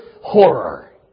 horror